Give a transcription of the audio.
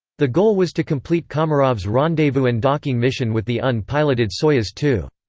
the goal was to complete komarov's rendezvous and docking mission with the un-piloted soyuz two.